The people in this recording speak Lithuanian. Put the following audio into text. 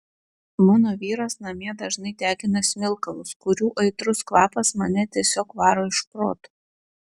mano vyras namie dažnai degina smilkalus kurių aitrus kvapas mane tiesiog varo iš proto